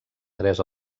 tres